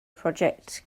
projects